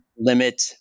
limit